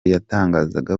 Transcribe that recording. yatangazaga